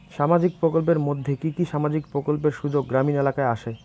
সামাজিক প্রকল্পের মধ্যে কি কি সামাজিক প্রকল্পের সুযোগ গ্রামীণ এলাকায় আসে?